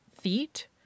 feet